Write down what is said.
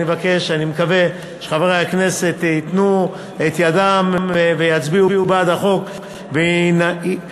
אני מבקש ומקווה שחברי הכנסת ייתנו את ידם ויצביעו בעד החוק וימנעו